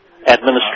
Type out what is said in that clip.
administration